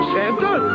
Santa